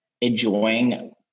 enjoying